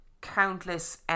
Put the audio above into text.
countless